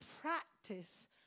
practice